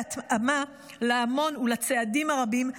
בהתאמה להמון ולצעדים הרבים,